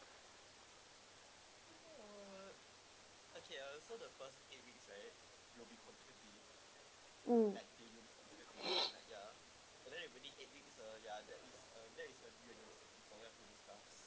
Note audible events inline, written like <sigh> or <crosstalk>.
mm <breath>